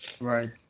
right